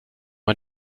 man